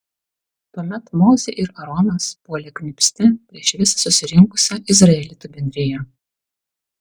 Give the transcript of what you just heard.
tuomet mozė ir aaronas puolė kniūbsti prieš visą susirinkusią izraelitų bendriją